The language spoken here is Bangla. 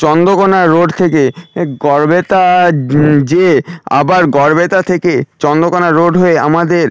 চন্দ্রকোনা রোড থেকে গরবেতা যেয়ে আবার গরবেতা থেকে চন্দ্রকোনা রোড হয়ে আমাদের